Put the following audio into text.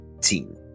team